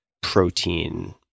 protein